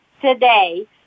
today